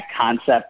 concept